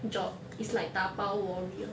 job is like dabao warrior